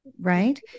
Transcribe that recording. Right